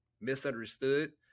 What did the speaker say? misunderstood